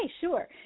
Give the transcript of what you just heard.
sure